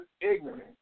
ignorant